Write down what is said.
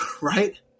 Right